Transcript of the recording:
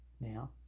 Now